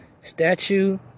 Statue